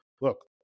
Look